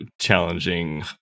challenging